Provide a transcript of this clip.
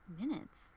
Minutes